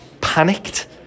panicked